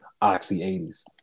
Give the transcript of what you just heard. Oxy-80s